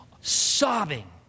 sobbing